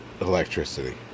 electricity